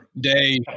day